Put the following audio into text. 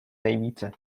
nejvíce